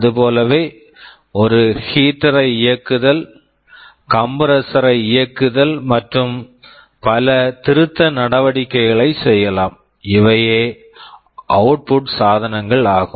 அதுபோலவே ஒரு heater heater ஐ இயக்குதல் கம்ப்ரஸ்ஸர் compressor ஐ இயக்குதல் மற்றும் பல திருத்த நடவடிக்கைகளை செய்யலாம் இவையே அவுட்புட் output சாதனங்கள் ஆகும்